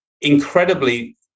incredibly